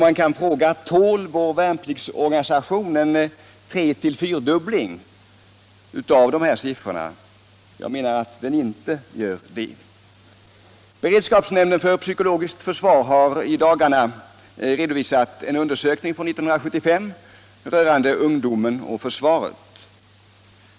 Man kan fråga sig om vår värnpliktsorganisation tål att det antalet treeller fyrdubblas. Jag anser att den inte gör det. Beredskapsnämnden för psykologiskt försvar har i dagarna redovisat en undersökning från 1975 rörande ungdomen och försvaret.